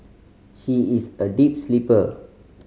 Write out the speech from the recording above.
she is a deep sleeper